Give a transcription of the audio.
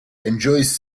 enjoys